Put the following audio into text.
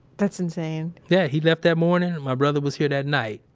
that's insane yeah, he left that morning. my brother was here that night.